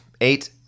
Eight